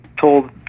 told